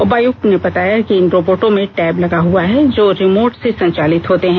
उपायुक्त ने बताया कि इन रोबोटों में टैब लगा हुआ है जो रिमोट से संचालित होते हैं